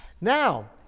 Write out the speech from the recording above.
Now